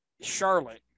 Charlotte